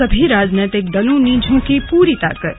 सभी राजनीतिक दलों ने झोंकी पूरी ताकत